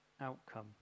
outcome